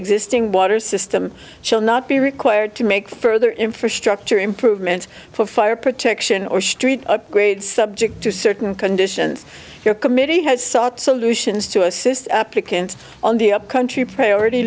existing water system still not be required to make further infrastructure improvements for fire protection or street upgrades subject to certain conditions your committee has sought solutions to assist applicants on the up country priority